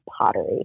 pottery